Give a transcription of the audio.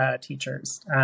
teachers